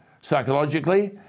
psychologically